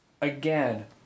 again